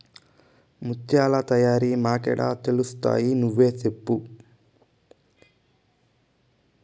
ముత్యాల తయారీ మాకేడ తెలుస్తయి నువ్వే సెప్పు